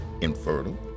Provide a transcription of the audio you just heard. infertile